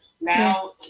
Now